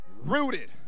rooted